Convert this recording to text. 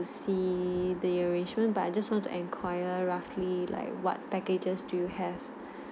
see the arrangement but I just want to enquire roughly like what packages do you have